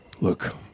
Look